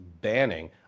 banning